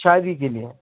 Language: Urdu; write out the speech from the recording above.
شاعریی کے لیے